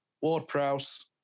Ward-Prowse